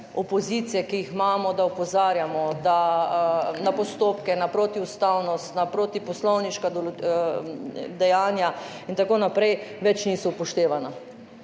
ki jih imamo, da opozarjamo na postopke na protiustavnost, na protiposlovniška dejanja in tako naprej, več niso upoštevana,